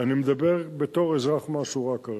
אני מדבר בתור אזרח מהשורה כרגע.